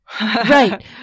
Right